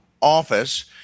office